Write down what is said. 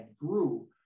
grew